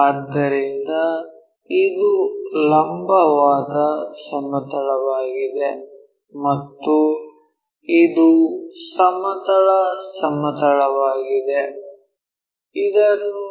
ಆದ್ದರಿಂದ ಇದು ಲಂಬವಾದ ಸಮತಲವಾಗಿದೆ ಮತ್ತು ಇದು ಸಮತಲ ಸಮತಲವಾಗಿದೆ ಇದನ್ನು ಎಚ್